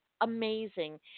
amazing